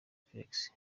felix